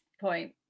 point